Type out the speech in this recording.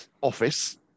office